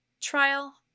trial